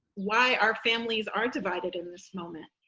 why our families are divided in this moment,